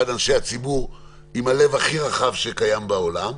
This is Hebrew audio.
הוא אחד מאנשי הציבור עם הלב הכי רחב שיש בעולם.